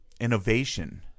innovation